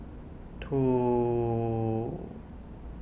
two